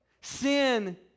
sin